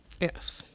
yes